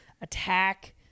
attack